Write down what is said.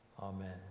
amen